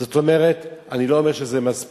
זאת אומרת, אני לא אומר שזה מספיק.